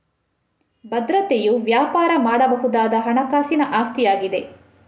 ಭದ್ರತೆಯು ವ್ಯಾಪಾರ ಮಾಡಬಹುದಾದ ಹಣಕಾಸಿನ ಆಸ್ತಿಯಾಗಿದೆ